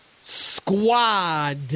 Squad